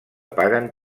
paguen